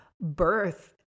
birth